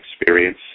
experience